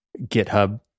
github